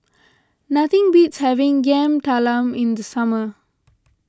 nothing beats having Yam Talam in the summer